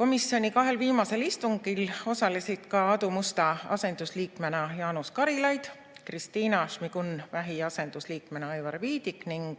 Komisjoni kahel viimasel istungil osalesid Aadu Musta asendusliikmena Jaanus Karilaid, Kristina Šmigun-Vähi asendusliikmena Aivar Viidik ning